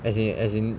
as in as in